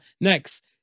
Next